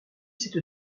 cette